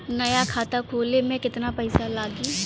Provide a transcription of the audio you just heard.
नया खाता खोले मे केतना पईसा लागि?